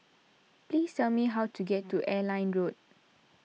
please tell me how to get to Airline Road